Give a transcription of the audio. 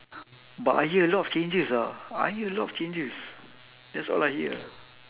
but I hear a lot changes ah I hear a lot of changes that's all I hear